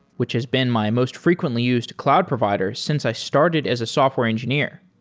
which has been my most frequently used cloud provider since i started as a software engineer.